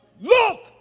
look